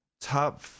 Top